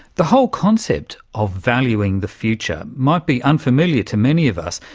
the whole concept of valuing the future might be unfamiliar to many of us,